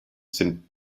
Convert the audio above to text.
sind